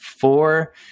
four